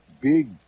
big